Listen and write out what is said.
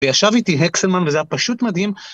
וישב איתי הקסלמן וזה היה פשוט מדהים.